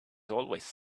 always